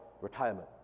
retirement